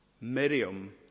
Miriam